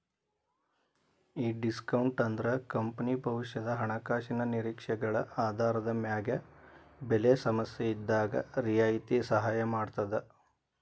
ಈ ಡಿಸ್ಕೋನ್ಟ್ ಅಂದ್ರ ಕಂಪನಿ ಭವಿಷ್ಯದ ಹಣಕಾಸಿನ ನಿರೇಕ್ಷೆಗಳ ಆಧಾರದ ಮ್ಯಾಗ ಬೆಲೆ ಸಮಸ್ಯೆಇದ್ದಾಗ್ ರಿಯಾಯಿತಿ ಸಹಾಯ ಮಾಡ್ತದ